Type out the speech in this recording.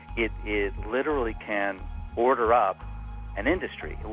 it it literally can order up an industry.